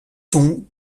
ton